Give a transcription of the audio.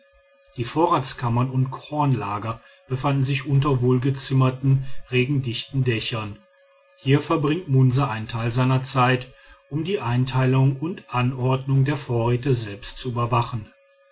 die vorratskammern und kornlager befinden sich unter wohlgezimmerten regendichten dächern hier verbringt munsa einen teil seiner zeit um die einteilung und anordnung der vorräte selbst zu überwachen